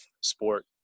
sport